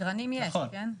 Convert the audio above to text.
בתרנים יש, כן?